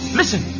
listen